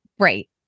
Right